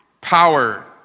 Power